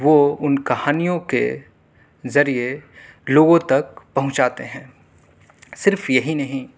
وہ ان کہانیوں کے ذریعے لوگوں تک پہنچاتے ہیں صرف یہی نہیں